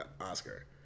Oscar